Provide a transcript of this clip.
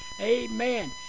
Amen